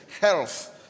health